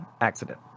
accident